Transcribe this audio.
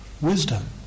wisdom